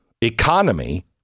economy